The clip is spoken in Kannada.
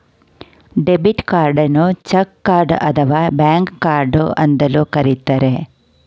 ಡೆಬಿಟ್ ಕಾರ್ಡನ್ನು ಚಕ್ ಕಾರ್ಡ್ ಅಥವಾ ಬ್ಯಾಂಕ್ ಕಾರ್ಡ್ ಅಂತಲೂ ಕರಿತರೆ